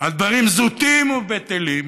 דברים זוטים ובטלים,